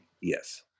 yes